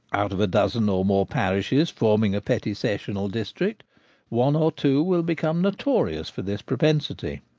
out of a dozen or more parishes forming a petty sessional district one or two will become notorious for this propensity.